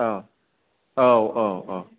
औ औ औ